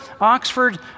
Oxford